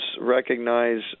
recognize